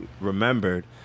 remembered